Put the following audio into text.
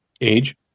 age